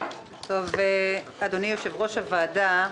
אדוני יושב-ראש הוועדה,